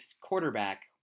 quarterback